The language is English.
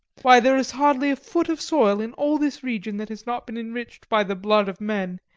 why, there is hardly a foot of soil in all this region that has not been enriched by the blood of men,